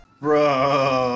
BRO